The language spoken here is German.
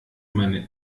meinen